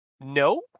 No